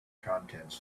contents